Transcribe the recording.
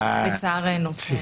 לצערנו.